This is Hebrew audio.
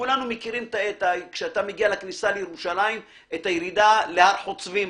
כולנו מכירים כשאתה מגיע לכניסה לירושלים את הירידה להר חוצבים.